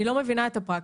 אני לא מבינה את הפרקטיקה.